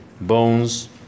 bones